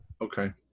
okay